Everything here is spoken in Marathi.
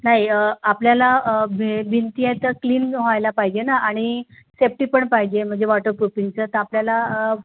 नाही आपल्याला भे भिंती आहे तर क्लीन व्हायला पाहिजे ना आणि सेफ्टी पण पाहिजे म्हणजे वॉटरप्रुफिंगचं तर आपल्याला